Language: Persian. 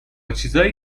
چیزایی